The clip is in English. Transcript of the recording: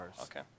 okay